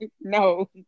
No